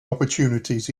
opportunities